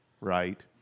right